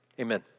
amen